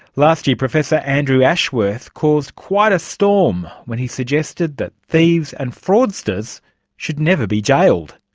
last year professor andrew ashworth caused quite a storm when he suggested that thieves and fraudsters should never be jailed.